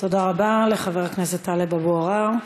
תודה רבה לחבר הכנסת טלב אבו עראר.